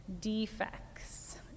defects